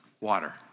water